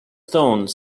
stone